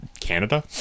Canada